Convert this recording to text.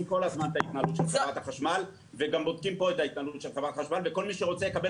אנחנו בודקים כל הזמן את ההתנהלות של חברת החשמל וכל מי שרוצה יקבל